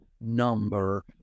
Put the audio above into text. number